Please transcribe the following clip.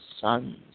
sons